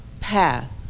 path